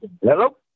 Hello